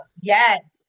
Yes